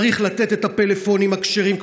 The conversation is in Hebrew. צריך לתת את הפלאפונים הכשרים,